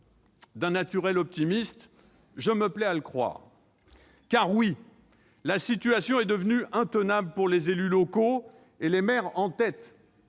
D'un naturel optimiste, je me plais à le croire. Car oui, la situation est devenue intenable pour les élus locaux, les maires en tête.